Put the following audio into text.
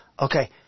Okay